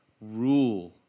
rule